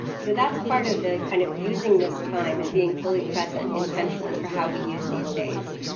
so that's part of the kind of using this time and being fully present intentionally for how we use these days